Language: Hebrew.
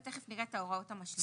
ותיכף נראה את ההוראות המשלימות של זה.